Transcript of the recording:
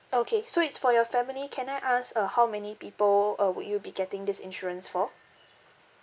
okay so it's for your family can I ask uh how many people uh would you be getting this insurance for